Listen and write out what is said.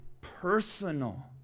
personal